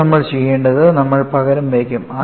ഇപ്പോൾ നമ്മൾ ചെയ്യേണ്ടത് നമ്മൾ പകരം വയ്ക്കും